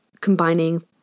combining